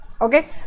okay